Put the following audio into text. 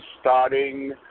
starting